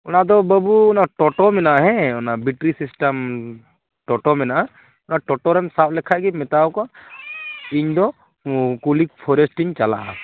ᱚᱱᱟᱫᱚ ᱵᱟᱹᱵᱩ ᱚᱱᱟ ᱴᱳᱴᱳ ᱢᱮᱱᱟᱜᱼᱟ ᱦᱮᱸ ᱚᱱᱟ ᱵᱤᱴᱨᱤ ᱥᱤᱥᱴᱮᱢ ᱴᱳᱴᱳ ᱢᱮᱱᱟᱜᱼᱟ ᱚᱱᱟ ᱴᱳᱴᱳ ᱨᱮᱢ ᱥᱟᱵ ᱞᱮᱠᱷᱟᱡ ᱜᱮ ᱢᱮᱛᱟᱣᱟᱠᱚᱣᱟᱢ ᱤᱧᱫᱚ ᱠᱩᱞᱤᱠ ᱯᱷᱚᱨᱮᱥ ᱤᱧ ᱪᱟᱞᱟᱜᱼᱟ